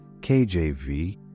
KJV